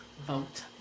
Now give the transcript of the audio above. vote